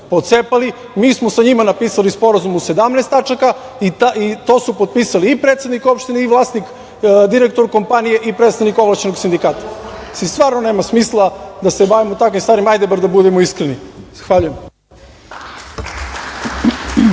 pocepali. Mi smo sa njima napisali sporazum u 17 tačaka i to su potpisali i predsednik opštine i vlasnik, direktor kompanije i predstavnik ovlašćenog sindikata. Stvarno nema smisla da se bavimo takvim stvarima, hajde bar da budemo iskreni.